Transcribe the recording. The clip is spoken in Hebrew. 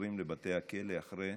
חוזרים לבתי הכלא אחרי